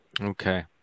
Okay